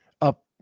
up